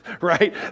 right